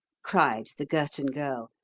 cried the girton girl.